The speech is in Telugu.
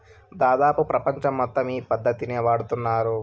దాదాపు ప్రపంచం మొత్తం ఈ పద్ధతినే వాడుతున్నారు